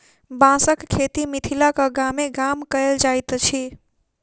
बाँसक खेती मिथिलाक गामे गाम कयल जाइत अछि